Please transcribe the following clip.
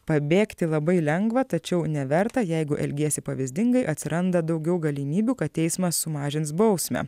pabėgti labai lengva tačiau neverta jeigu elgiesi pavyzdingai atsiranda daugiau galimybių kad teismas sumažins bausmę